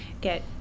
get